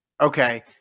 Okay